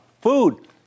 food